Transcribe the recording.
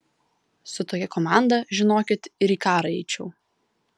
su tokia komanda žinokit ir į karą eičiau